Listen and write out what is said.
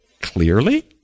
Clearly